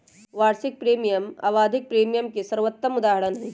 वार्षिक प्रीमियम आवधिक प्रीमियम के सर्वोत्तम उदहारण हई